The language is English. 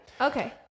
okay